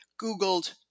Googled